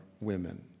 women